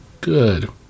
good